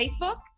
Facebook